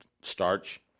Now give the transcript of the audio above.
starch